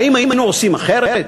האם היינו עושים אחרת.